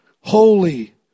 holy